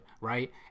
right